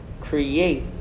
create